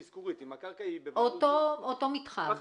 אותו מתחם.